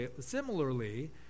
similarly